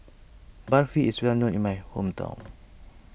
Barfi is well known in my hometown